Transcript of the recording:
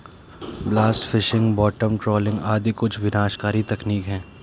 blast fishing, bottom trawling आदि कुछ विनाशकारी तकनीक है